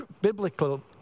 biblical